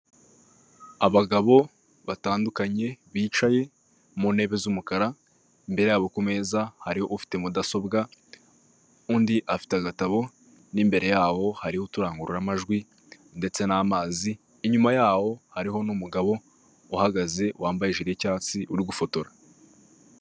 Abagabo batandukanye bicaye mu ntebe z'umukara imbere yabo ku meza hari ufite mudasobwa, undi afite agatabo n'imbere yabo hariho uturangururamajwi ndetse n'amazi, inyuma yawo hariho n'umugabo uhagaze wambaye ijire y'icyatsi uri gufotora.